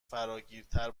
فراگیرتر